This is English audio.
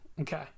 Okay